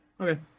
Okay